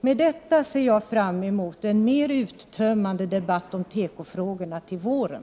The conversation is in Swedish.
Med detta ser jag fram emot en mer uttömmande debatt om tekofrågorna till våren.